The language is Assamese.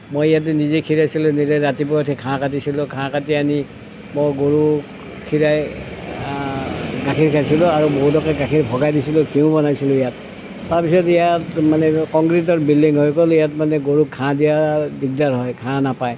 মই ইয়াতে নিজেই খীৰাইছিলোঁ নিজে ৰাতিপুৱা উঠি ঘাঁহ কাটিছিলোঁ ঘাঁহ কাটি আনি মই গৰু খীৰাই গাখীৰ খাইছিলোঁ আৰু বহুতকে গাখীৰ ভগাই দিছিলোঁ ঘিঁউ বনাইছিলোঁ ইয়াত তাৰপিছত ইয়াত মানে কংক্ৰিটৰ বিল্ডিং হৈ গ'ল ইয়াত মানে গৰুক ঘাঁহ দিয়া দিগদাৰ হয় ঘাঁহ নাপায়